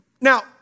Now